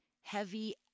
heavy